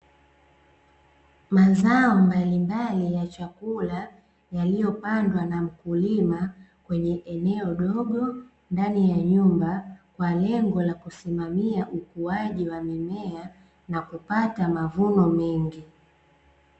Mazao mbali mbali ya chakula yaliyo pandwa na mkulima kwenye eneo dogo ndani ya nyumba kwa lengo la kusimamia ukuaji wa mimea na kupata mavuno mengi.